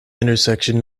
intersection